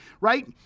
right